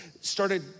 started